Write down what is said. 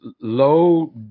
low